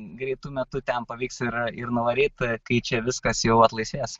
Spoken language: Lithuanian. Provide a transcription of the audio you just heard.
greitu metu ten pavyks ir ir nuvaryt kai čia viskas jau atlaisvės